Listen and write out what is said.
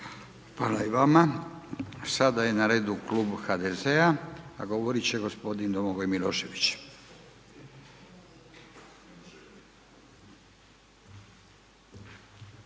Hvala i vama. Sada je na redu Klub HDZ-a a govoriti će gospodin Domagoj Milošević.